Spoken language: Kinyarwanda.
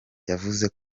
yavuze